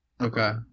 Okay